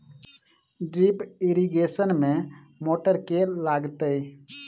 Drip irrigation मे motor केँ लागतै?